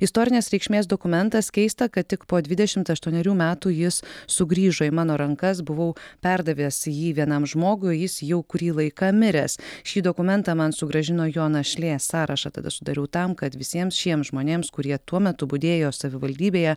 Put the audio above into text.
istorinės reikšmės dokumentas keista kad tik po dvidešimt aštuonerių metų jis sugrįžo į mano rankas buvau perdavęs jį vienam žmogui o jis jau kurį laiką miręs šį dokumentą man sugrąžino jo našlė sąrašą tada sudariau tam kad visiems šiems žmonėms kurie tuo metu budėjo savivaldybėje